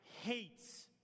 hates